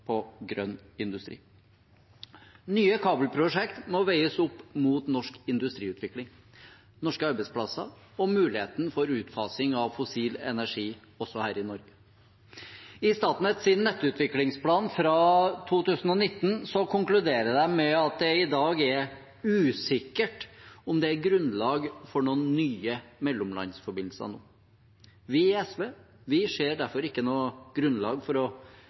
på grønn industri. Nye kabelprosjekt må veies opp mot norsk industriutvikling, norske arbeidsplasser og muligheten for utfasing av fossil energi også her i Norge. I Statnetts nettutviklingsplan fra 2019 konkluderer de med at det i dag er usikkert om det er grunnlag for noen nye mellomlandsforbindelser nå. Vi i SV ser derfor ikke noe grunnlag for